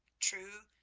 true,